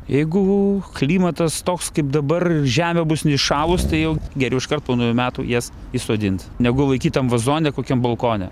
jeigu klimatas toks kaip dabar žemė bus neįšalus tai jau geriau iškart po naujų metų jas įsodint negu laikyt tam vazone kokiam balkone